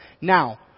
Now